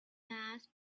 mass